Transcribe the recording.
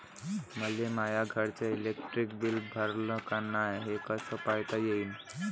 मले माया घरचं इलेक्ट्रिक बिल भरलं का नाय, हे कस पायता येईन?